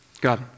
God